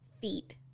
feet